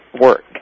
work